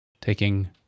Taking